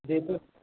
जी sir